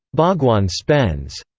bhagwan spends.